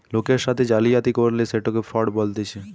লোকের সাথে জালিয়াতি করলে সেটকে ফ্রড বলতিছে